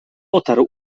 otarł